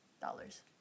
dollars